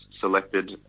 selected